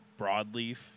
Broadleaf